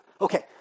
Okay